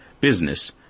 business